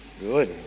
Good